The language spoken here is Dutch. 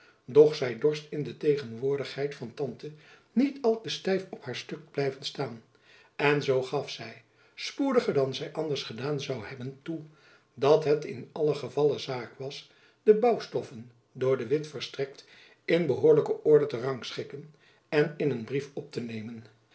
doch zy dorst in de tegenwoordigheid van tante niet al te stijf op haar stuk blijven staan en zoo gaf zy spoediger dan zy anders gedaan zoû hebjacob van lennep elizabeth musch ben toe dat het in allen gevalle zaak was de bouwstoffen door de witt verstrekt in behoorlijke orde te rangschikken en in een brief op te nemen